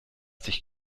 dich